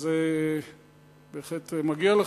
וזה בהחלט מגיע לך.